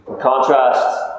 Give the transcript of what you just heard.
contrast